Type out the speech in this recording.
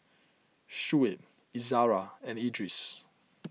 Shuib Izara and Idris